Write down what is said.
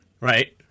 Right